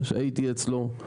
שהייתי אצלו,